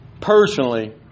personally